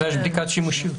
ויש בדיקת שימושיות.